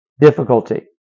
difficulty